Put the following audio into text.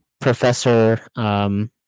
professor